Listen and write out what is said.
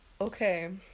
Okay